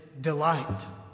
delight